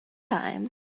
time